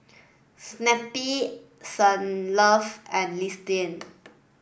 Snapple Saint Love and Listerine